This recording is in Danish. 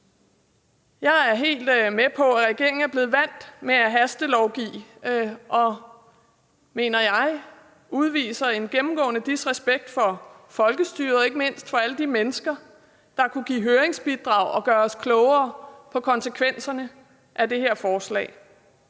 Jeg er helt med på, at regeringen er blevet vant til at hastelovgive, men jeg mener, at den udviser en gennemgående disrespekt for folkestyret og ikke mindst for alle de mennesker, der kunne give høringsbidrag og gøre os klogere på konsekvenserne af det her forslag.